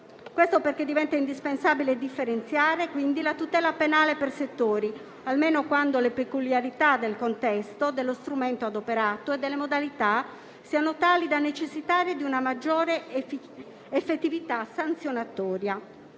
Questo perché diventa indispensabile differenziare la tutela penale per settori, almeno quando le peculiarità del contesto, dello strumento adoperato e delle modalità siano tali da necessitare di una maggiore effettività sanzionatoria.